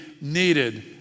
needed